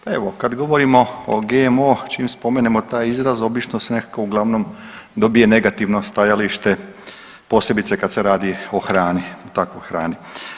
Pa evo kad govorimo o GMO čim spomenemo taj izraz obično se uglavnom dobije negativno stajalište, posebice kad se radi o hrani, o takvoj hrani.